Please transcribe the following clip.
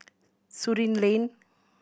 Surin Lane